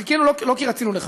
חיכינו לא כי רצינו לחכות,